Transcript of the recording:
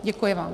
Děkuji vám.